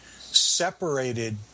separated